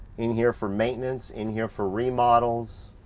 in here for maintenance, in here for remodels.